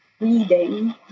reading